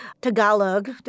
Tagalog